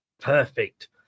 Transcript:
Perfect